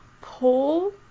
pull